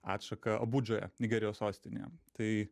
atšaką abudžoje nigerijos sostinėje tai